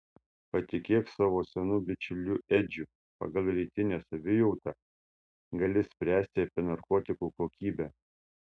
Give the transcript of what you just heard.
patikėk savo senu bičiuliu edžiu pagal rytinę savijautą gali spręsti apie narkotikų kokybę